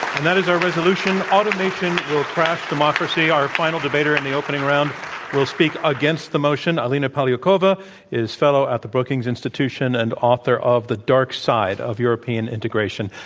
and that is our resolution, automation will crash democracy. our final debater in the opening round will speak against the motion. alina polyakova is fellow at the brookings institution and author of the dark side of european integration.